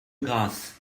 grâce